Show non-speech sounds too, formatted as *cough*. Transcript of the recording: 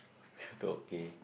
*breath* okay